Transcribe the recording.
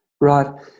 Right